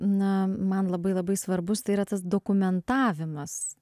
na man labai labai svarbus tai yra tas dokumentavimas